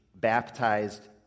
Baptized